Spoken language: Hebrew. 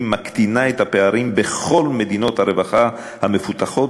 מקטינה את הפערים בכל מדינות הרווחה המפותחות,